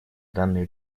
данной